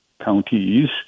counties